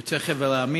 יוצא חבר המדינות,